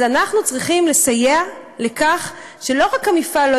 אז אנחנו צריכים לסייע לכך שלא רק המפעל לא